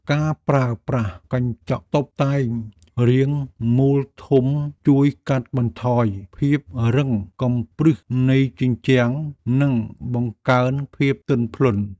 ការប្រើប្រាស់កញ្ចក់តុបតែងរាងមូលធំជួយកាត់បន្ថយភាពរឹងកំព្រឹសនៃជញ្ជាំងនិងបង្កើនភាពទន់ភ្លន់។